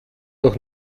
doch